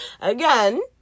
again